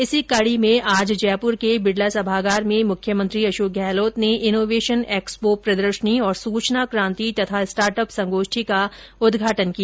इसी कडी में आज जयपूर के बिडला सभागार में मुख्यमंत्री अशोक गहलोत ने इनोवेशन एक्सपो प्रदर्शनी और सूचना क्रांति तथा स्टार्टअप संगोष्ठी का उदघाटन किया